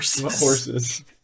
horses